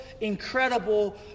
incredible